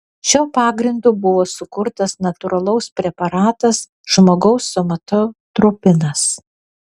šiuo pagrindu buvo sukurtas natūralaus preparatas žmogaus somatotropinas